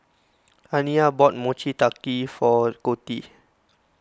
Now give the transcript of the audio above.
Aniya bought Mochi Taiyaki for Coty